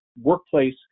workplace